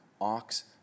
ox